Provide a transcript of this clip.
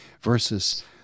versus